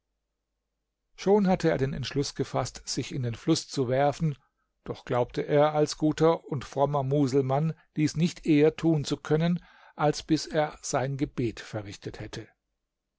schon hatte er den entschluß gefaßt sich in den fluß zu werfen doch glaubte er als guter und frommer muselmann dies nicht eher tun zu können als bis er sein gebet verrichtet hätte